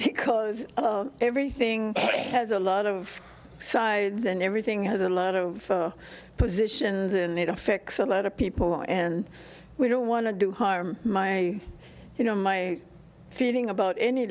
because everything has a lot of sides and everything has a lot of positions in it affects a lot of people and we don't want to do harm my you know my feeling about any